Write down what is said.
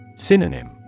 Synonym